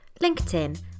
LinkedIn